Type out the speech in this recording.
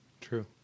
True